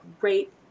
great